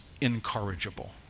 incorrigible